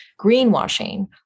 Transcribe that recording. greenwashing